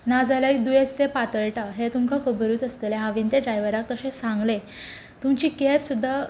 ना जाल्यार दुयेंस तें पातळटा हें तुमका खबरूच आसतलें हांवेन ते ड्रायव्हराक अशें सांगलें तुमची कॅब सुद्दां